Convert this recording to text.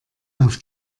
auf